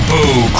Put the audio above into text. Boo